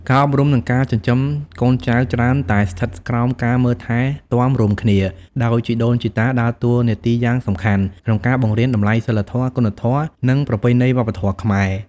ការអប់រំ និងការចិញ្ចឹមកូនចៅច្រើនតែស្ថិតក្រោមការមើលថែទាំរួមគ្នា ដោយជីដូនជីតាដើរតួនាទីយ៉ាងសំខាន់ក្នុងការបង្រៀនតម្លៃសីលធម៌ គុណធម៌ និងប្រពៃណីវប្បធម៌ខ្មែរ។